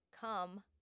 come